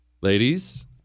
Ladies